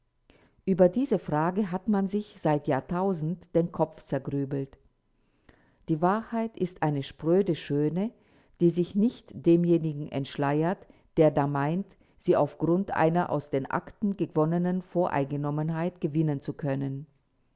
über diese frage hat man sich seit jahrtausenden den kopf zergrübelt die wahrheit ist eine spröde schöne die sich nicht demjenigen entschleiert der da meint sie auf grund einer aus den akten gewonnenen voreingenommenheit gewinnen zu können